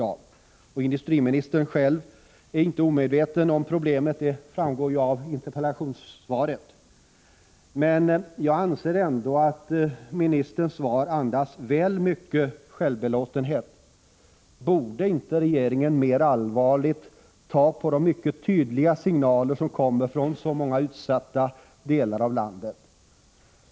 Att industriministern själv inte är omedveten om problemen framgår av interpellationssvaret. Men jag anser ändå att ministerns svar andas väl mycket av självbelåtenhet. Borde inte regeringen ta mera allvarligt på de mycket tydliga signaler som kommer från så många utsatta delar av landet?